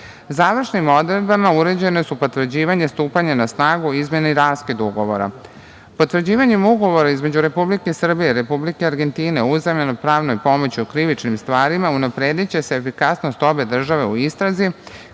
strani. Završnim odredbama uređene su potvrđivanje stupanja na snagu, izmene i raskid ugovora. Potvrđivanjem Ugovora između Republike Srbije i Republike Argentine o uzajamnoj pravnoj pomoći u krivičnim stvarima unaprediće se efikasnost obe države u istrazi,